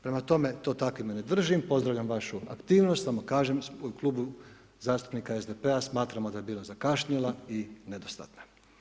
Prema tome to takvime ne držim pozdravljam vašu aktivnost samo kažem u Klubu zastupnika SDP-a smatramo da je bila zakašnjela i nedostatna.